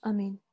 Amen